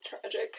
Tragic